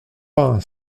pin